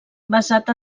basat